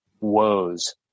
woes